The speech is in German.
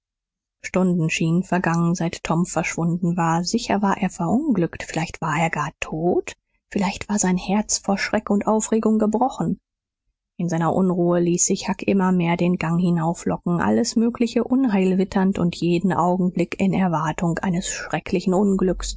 stunden schienen vergangen seit tom verschwunden war sicher war er verunglückt vielleicht war er gar tot vielleicht war sein herz vor schreck und aufregung gebrochen in seiner unruhe ließ sich huck immer mehr den gang hinauflocken alles mögliche unheil witternd und jeden augenblick in erwartung eines schrecklichen unglücks